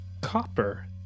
copper